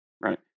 right